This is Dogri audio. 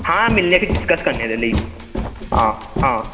हां मिली लैगे डिस्कस करनें लेईं आं आं